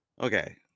Okay